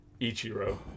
Ichiro